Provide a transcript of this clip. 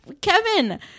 Kevin